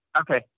Okay